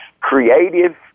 creative